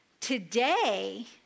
Today